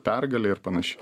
pergalei ir panašiai